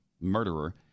murderer